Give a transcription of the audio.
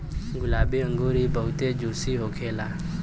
गुलाबी अंगूर इ बहुते जूसी होखेला